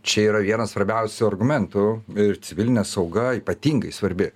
čia yra vienas svarbiausių argumentų ir civilinė sauga ypatingai svarbi